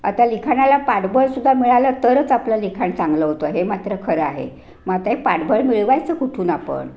आता लिखाणाला पाठबळ सुद्धा मिळालं तरच आपलं लिखाण चांगलं होतं हे मात्र खरं आहे मग आता हे पाठबळ मिळवायचं कुठून आपण